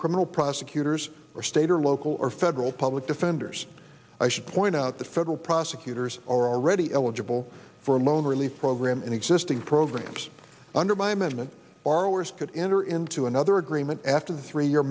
criminal prosecutors or state or local or federal public defenders i should point out the federal prosecutors are already eligible for loan relief program and existing programs under my amendment or worse could enter into another agreement after the three year